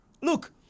Look